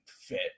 fit